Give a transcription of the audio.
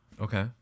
Okay